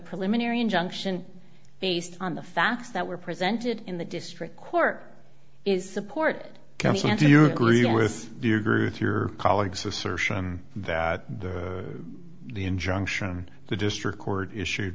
preliminary injunction based on the facts that were presented in the district court is support comes and do you agree with you agree with your colleagues assertion that the injunction the district court issued